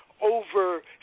over